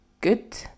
good